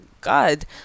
god